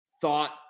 thought